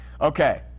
Okay